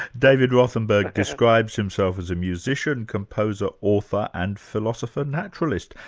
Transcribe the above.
david rothenberg describes himself as a musician, composer, author and philosopher naturalist.